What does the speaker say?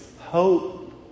hope